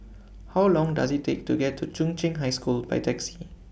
How Long Does IT Take to get to Chung Cheng High School By Taxi